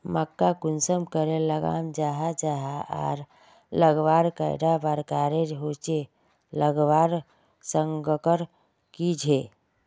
मक्का कुंसम करे लगा जाहा जाहा आर लगवार कैडा प्रकारेर होचे लगवार संगकर की झे?